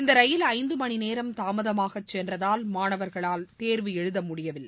இந்த ரயில் ஐந்து மணி நேரம் தாமதமாகச் சென்றதால் மாணவர்கள் தேர்வு எழுத முடியவில்லை